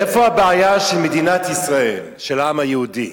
איפה הבעיה של מדינת ישראל, של העם היהודי?